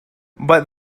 but